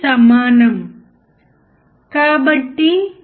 మనం ఎలా కొలవగలం